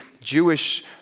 Jewish